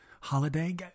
Holiday